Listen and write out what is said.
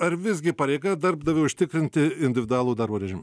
ar visgi pareiga darbdaviui užtikrinti individualų darbo režimą